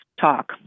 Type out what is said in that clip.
talk